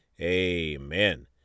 Amen